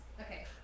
Okay